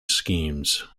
schemes